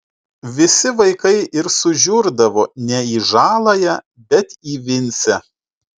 visi vaikai ir sužiurdavo ne į žaląją bet į vincę